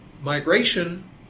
migration